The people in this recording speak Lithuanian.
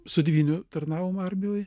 su dvyniu tarnavom armijoj